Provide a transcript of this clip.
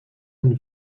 and